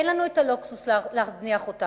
אין לנו הלוקסוס להזניח אותם.